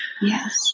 Yes